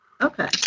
okay